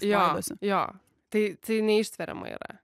jos jo tai neištveriama yra